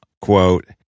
quote